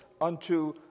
unto